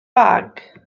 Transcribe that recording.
bag